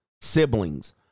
siblings